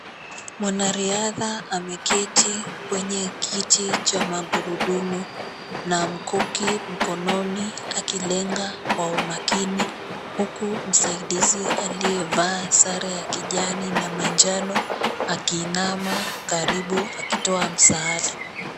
Mwanariadha ameketi kwenye kiti cha magurudumu na mkuki mikononi akilenga kwa umakini huku msaidizi aliyevaa sare ya kijani na manjano akiinama karibu akitoa msaada.